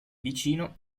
vicino